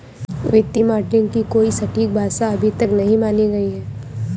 वित्तीय मॉडलिंग की कोई सटीक परिभाषा अभी तक नहीं मानी गयी है